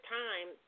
time